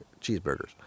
cheeseburgers